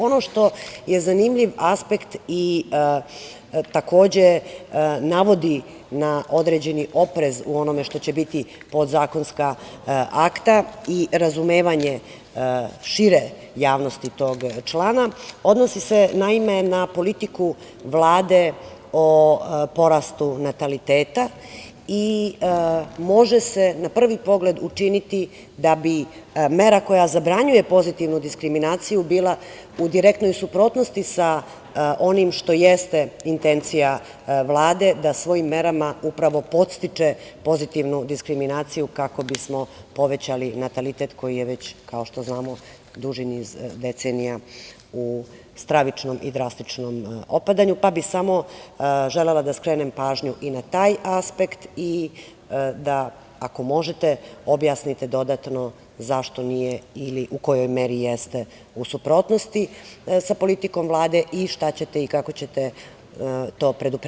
Ono što je zanimljiv aspekt i takođe navodi na određeni oprez u onome što će biti podzakonska akta i razumevanje šire javnosti tog člana, odnosi se naime na politiku Vlade o porastu nataliteta i može se na prvi pogled učiniti da bi mera koja zabranjuje pozitivnu diskriminaciju bila u direktnoj suprotnosti sa onim što jeste intencija Vlade da svojim merama upravo podstiče pozitivnu diskriminaciju kako bismo povećali natalitet koji je već kao što znamo duži niz decenija u stravičnom i drastičnom opadanju, pa bi samo želela da skrenem pažnju i na taj aspekt i da ako možete objasnite dodatno zašto nije ili u kojoj meri jeste u suprotnosti sa politikom Vlade i šta ćete i kako ćete to preduprediti.